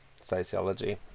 sociology